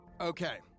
okay